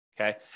okay